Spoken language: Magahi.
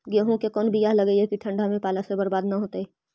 गेहूं के कोन बियाह लगइयै कि ठंडा में पाला से बरबाद न होतै?